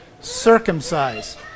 circumcised